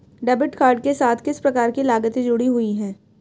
Debit card के साथ किस प्रकार की लागतें जुड़ी हुई हैं?